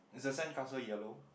is the sand castle yellow